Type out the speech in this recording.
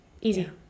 Easy